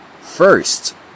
First